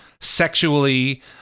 sexually